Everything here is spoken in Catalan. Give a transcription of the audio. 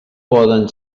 poden